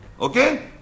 Okay